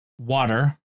water